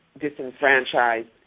disenfranchised